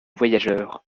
voyageurs